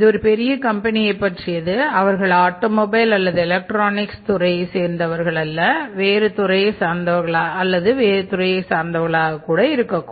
துறையை சார்ந்தவர்கள் அல்ல வேறு துறையை சார்ந்தவராக இருக்கக்கூடும்